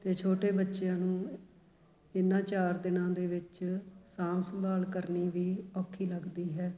ਅਤੇ ਛੋਟੇ ਬੱਚਿਆਂ ਨੂੰ ਇਹਨਾਂ ਚਾਰ ਦਿਨਾਂ ਦੇ ਵਿੱਚ ਸਾਂਭ ਸੰਭਾਲ ਕਰਨੀ ਵੀ ਔਖੀ ਲੱਗਦੀ ਹੈ